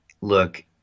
look